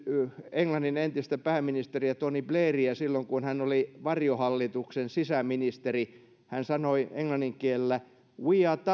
englannin entistä pääministeriä tony blairia silloin kun hän oli varjohallituksen sisäministeri hän sanoi englannin kielellä we are tough